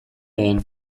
lehen